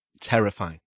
terrifying